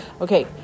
Okay